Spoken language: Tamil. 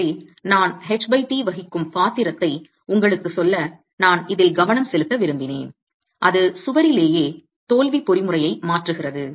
எனவே நான் ht வகிக்கும் பாத்திரத்தை உங்களுக்குச் சொல்ல நான் இதில் கவனம் செலுத்த விரும்பினேன் அது சுவரிலேயே தோல்வி பொறிமுறையை மாற்றுகிறது